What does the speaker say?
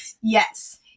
Yes